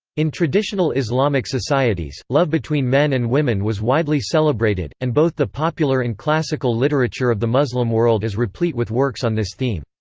in traditional islamic societies, love between men and women was widely celebrated, and both the popular and classical literature of the muslim world is replete with works on this theme.